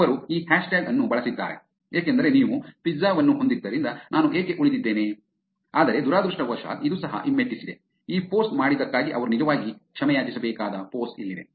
ಅವರು ಈ ಹ್ಯಾಶ್ಟ್ಯಾಗ್ ಅನ್ನು ಬಳಸಿದ್ದಾರೆ ಏಕೆಂದರೆ ನೀವು ಪಿಜ್ಜಾ ವನ್ನು ಹೊಂದಿದ್ದರಿಂದ ನಾನು ಏಕೆ ಉಳಿದಿದ್ದೇನೆ ಆದರೆ ದುರದೃಷ್ಟವಶಾತ್ ಇದು ಸಹ ಹಿಮ್ಮೆಟ್ಟಿಸಿದೆ ಈ ಪೋಸ್ಟ್ ಮಾಡಿದ್ದಕ್ಕಾಗಿ ಅವರು ನಿಜವಾಗಿ ಕ್ಷಮೆಯಾಚಿಸಬೇಕಾದ ಪೋಸ್ಟ್ ಇಲ್ಲಿದೆ